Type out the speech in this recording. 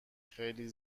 خیلی